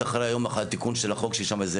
במיוחד היום אחרי התיקון של החוק שיש שם איזה